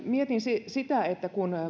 mietin sitä sitä että kun